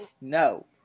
No